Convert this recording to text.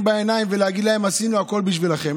בעיניים ולהגיד להם: עשינו הכול בשבילכם.